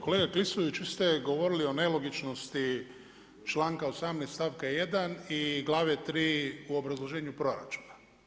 Kolega Klisović, vi ste govorili o nelogičnosti članka 18. stavka 1. i glave 3. u obrazloženju proračuna.